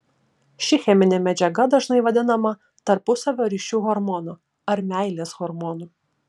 ši cheminė medžiaga dažnai vadinama tarpusavio ryšių hormonu ar meilės hormonu